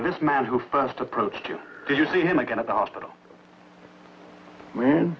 this man who first approached you did you see him again at the hospital man